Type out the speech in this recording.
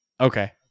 Okay